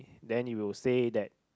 then you will say that